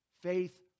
Faith